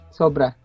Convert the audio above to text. sobra